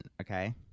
okay